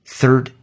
third